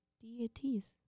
Deities